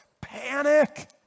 panic